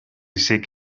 seek